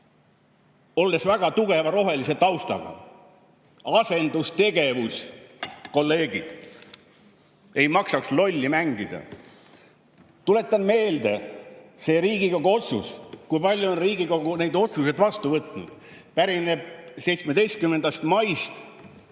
olen väga tugeva rohelise taustaga. Asendustegevus. Kolleegid, ei maksaks lolli mängida. Tuletan meelde, see Riigikogu otsus – kui palju on Riigikogu neid otsuseid vastu võtnud – pärineb 17. maist.